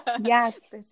yes